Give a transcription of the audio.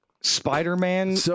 Spider-Man